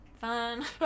fun